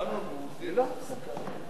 אדוני, יושב-ראש הקואליציה,